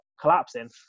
collapsing